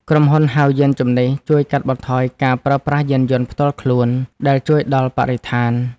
ក្រុមហ៊ុនហៅយានជំនិះ ជួយកាត់បន្ថយការប្រើប្រាស់យានយន្តផ្ទាល់ខ្លួន ដែលជួយដល់បរិស្ថាន។